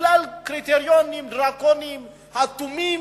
בגלל קריטריונים דרקוניים אטומים,